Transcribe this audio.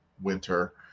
winter